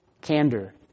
candor